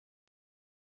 that's not my name